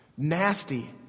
nasty